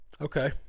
Okay